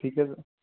ਠੀਕ ਐ ਸਰ